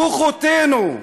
"כוחותינו"